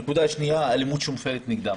הנקודה השנייה האלימות שמופעלת נגדם.